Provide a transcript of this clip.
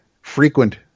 frequent